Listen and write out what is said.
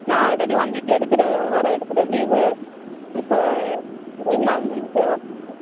நான் already one week எடுத்துவிட்டேன் ஒரு வாரம் எடுத்துவிட்டேன் லீவ்வு இப்போ இன்னும் ரெண்டு நாள் லீவ்வு தேவைப்படுது